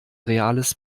reales